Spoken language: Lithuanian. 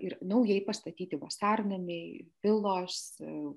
ir naujai pastatyti vasarnamiai pilos